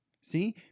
See